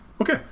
Okay